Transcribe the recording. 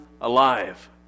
alive